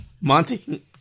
Monty